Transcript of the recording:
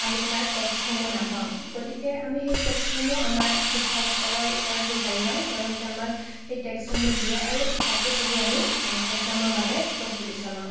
আমি তাৰ টেক্সটসমূহ নাপাওঁ গতিকে আমি সেই টেক্সটসমূহ আমাৰ শিক্ষকসকলৰ ওচৰত বিচাৰি যাওঁ তেওঁলোকে আমাক সেই টেক্সটসমূহ দিয়ে আৰু তাকে পঢ়ি আমি একজামৰ বাবে প্ৰস্তুতি চলাওঁ